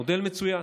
מודל מצוין,